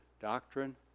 doctrine